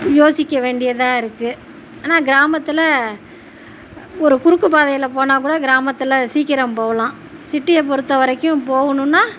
யோசிக்க வேண்டியதாக இருக்கு ஆனா கிராமத்தில் ஒரு குறுக்குப்பாதையில் போனா கூட கிராமத்தில் சீக்கிரம் போகலாம் சிட்டியில பொருத்தவரைக்கும் போகனுன்னா